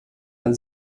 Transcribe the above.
wenn